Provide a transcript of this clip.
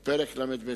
ואת פרק ל"ב,